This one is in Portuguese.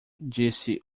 disse